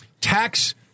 Tax